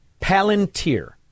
Palantir